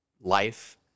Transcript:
life